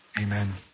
amen